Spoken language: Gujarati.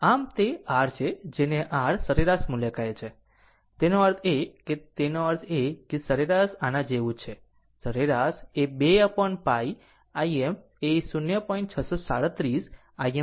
આમ આ તે r છે જેને r સરેરાશ મુલ્ય કહે છે તેનો અર્થ એ કે તેનો અર્થ એ કે સરેરાશ આના જેવું જ છે સરેરાશ એ 2 upon π Im એ 0